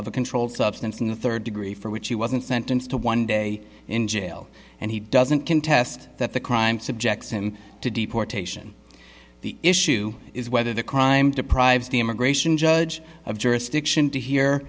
of a controlled substance in the third degree for which he wasn't sentenced to one day in jail and he doesn't contest that the crime subjects him to deportation the issue is whether the crime deprives the immigration judge of jurisdiction to hear